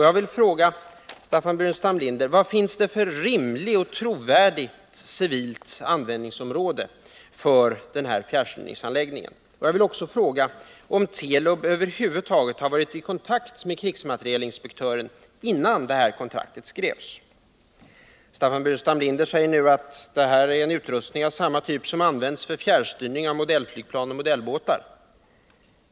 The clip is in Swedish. Jag vill fråga Staffan Burenstam Linder: Vad finns det för rimligt och trovärdigt civilt användningsområde för denna fjärrstyrningsanläggning? Jag vill också fråga om Telub över huvud taget var i kontakt med krigsmaterielinspektören innan detta kontrakt skrevs. Staffan Burenstam Linder säger nu att denna fjärrstyrningsutrustning är av samma typ som används för fjärrstyrning av modellflygplan och modellbåtar.